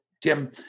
Tim